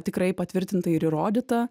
tikrai patvirtinta ir įrodyta